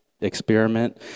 experiment